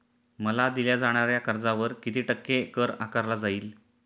मला दिल्या जाणाऱ्या कर्जावर किती टक्के कर आकारला जाईल?